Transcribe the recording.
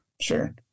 sure